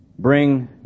bring